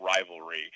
rivalry